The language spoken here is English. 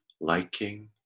liking